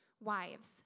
Wives